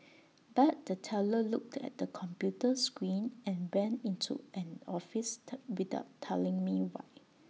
but the teller looked at the computer screen and went into an office without telling me why